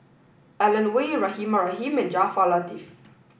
Alan Oei Rahimah Rahim and Jaafar Latiff